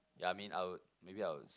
ya I mean I would maybe I would